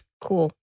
cool